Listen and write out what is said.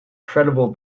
credible